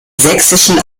sächsischen